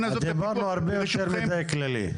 דיברנו הרבה יותר מידי כללי,